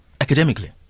academically